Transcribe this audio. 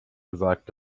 gesagt